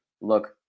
look